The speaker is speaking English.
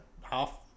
half